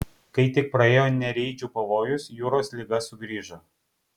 kai tik praėjo nereidžių pavojus jūros liga sugrįžo